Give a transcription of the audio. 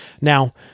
Now